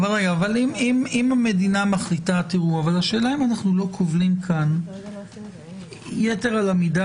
השאלה אם אנחנו לא כובלים כאן יתר על המידה